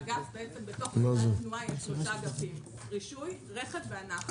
בתוך התנועה יש שלושה אגפים: רישוי, רכב ואנחנו.